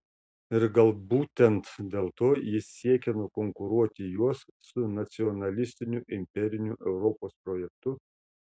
ir gal būtent dėl to jis siekia nukonkuruoti juos su nacionalistiniu imperiniu europos projektu